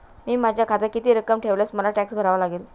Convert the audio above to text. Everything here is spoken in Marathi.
मी माझ्या खात्यात किती रक्कम ठेवल्यावर मला टॅक्स भरावा लागेल?